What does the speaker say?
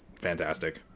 fantastic